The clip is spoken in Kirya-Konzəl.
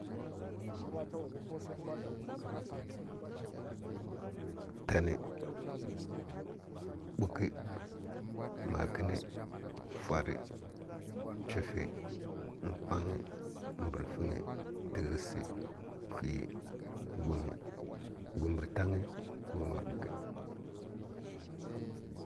Tam, buka, makən, fuwaɗ, chinfə, nkwang, brəfəng, təghəs, hwi, gum, gum rə tang, gum rə bukə.